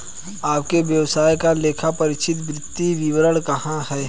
आपके व्यवसाय का लेखापरीक्षित वित्तीय विवरण कहाँ है?